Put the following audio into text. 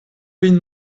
vin